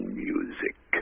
music